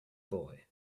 boy